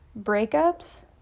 breakups